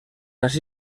las